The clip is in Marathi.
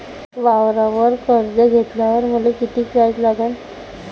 वावरावर कर्ज घेतल्यावर मले कितीक व्याज लागन?